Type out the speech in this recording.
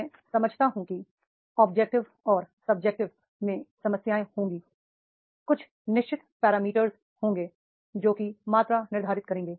मैं समझता हूं कि ऑब्जेक्टिव ओर सब्जेक्टिव में समस्याएं होंगी कुछ निश्चित पैरामीटर होंगे जो कि मात्रा निर्धारित करेंगे